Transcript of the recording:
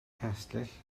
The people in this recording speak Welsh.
castell